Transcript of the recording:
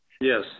Yes